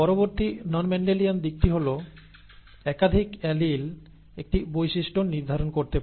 পরবর্তী non Mendelian দিকটি হল একাধিক অ্যালিল একটি বৈশিষ্ট্য নির্ধারণ করতে পারে